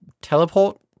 teleport